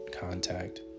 contact